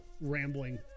rambling